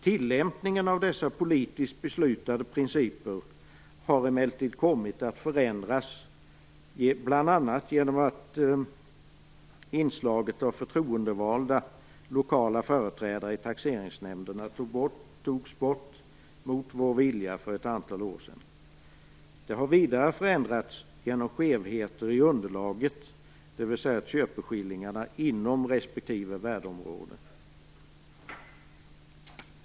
Tillämpningen av dessa politiskt beslutade principer har emellertid kommit att förändras bl.a. genom att inslaget av förtroendevalda, lokala företrädare i taxeringsnämnderna, togs bort mot vår vilja för ett antal år sedan. Det har vidare förändrats genom skevheter i underlaget, dvs. köpeskillingarna inom respektive värdeområde.